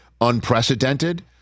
unprecedented